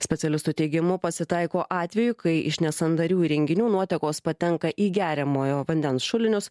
specialistų teigimu pasitaiko atvejų kai iš nesandarių įrenginių nuotekos patenka į geriamojo vandens šulinius